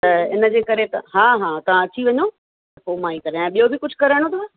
त इनजे करे त हा हा तव्हां अची वञो त पोइ मां ही करायां ॿियो बि कुझु कराइणो अथव